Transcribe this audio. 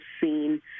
seen